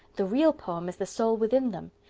the real poem is the soul within them.